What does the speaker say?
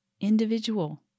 individual